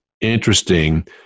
interesting